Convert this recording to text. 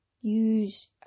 use